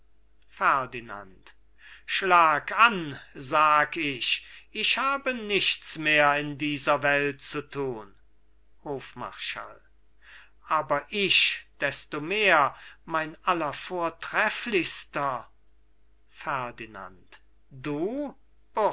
ferdinand schlag an sag ich ich habe nichts mehr in dieser welt zu thun hofmarschall aber ich desto mehr mein allervortrefflichster ferdinand du